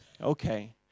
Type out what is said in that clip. okay